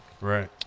Right